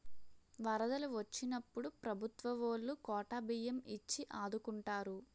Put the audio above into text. వరదలు వొచ్చినప్పుడు ప్రభుత్వవోలు కోటా బియ్యం ఇచ్చి ఆదుకుంటారు